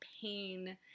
pain